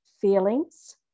feelings